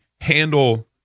handle